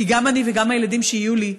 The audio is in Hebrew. כי גם אני וגם הילדים שיהיו לי,